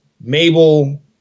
Mabel